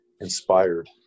inspired